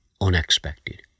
unexpected